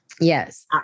Yes